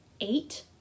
eight